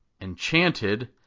Enchanted